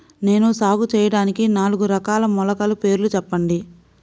నేను సాగు చేయటానికి నాలుగు రకాల మొలకల పేర్లు చెప్పండి?